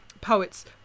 poets